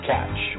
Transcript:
Catch